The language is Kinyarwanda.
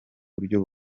buryo